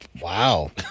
Wow